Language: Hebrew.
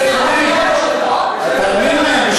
תאמין לי,